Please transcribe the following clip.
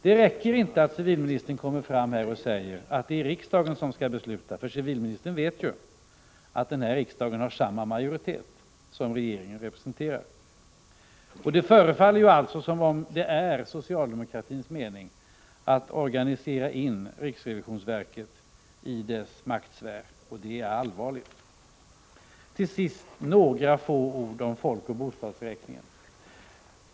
Det räcker inte att civilministern säger att det är riksdagen som skall besluta — civilministern vet att den här riksdagen har samma majoritet som regeringen representerar. Det förefaller alltså som om det vore socialdemokratins mening att organisera in riksrevisionsverket i sin maktsfär, och det är allvarligt. Till sist några få ord om folkoch bostadsräkningen.